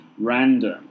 random